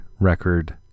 record